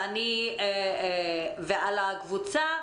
ועל הקבוצה